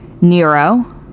Nero